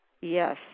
Yes